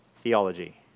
Theology